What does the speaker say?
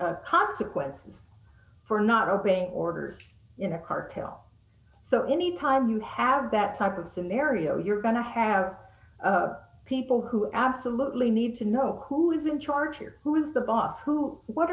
a consequence for not obeying orders in a cartel so anytime you have that type of scenario you're going to have people who absolutely need to know who is in charge here who is the boss who what